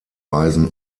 weisen